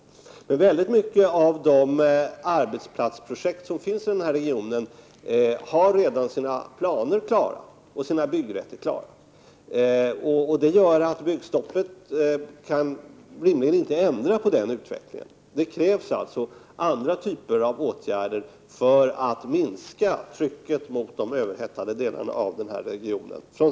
Planerna och byggrätterna för många av de arbetsplatsprojekt som finns i denna region är redan klara. Det betyder att byggstoppet rimligen inte kan ändra på denna utveckling. Det krävs alltså andra typer av åtgärder för att minska trycket på de överhettade delarna i denna region.